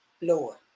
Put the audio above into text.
Lord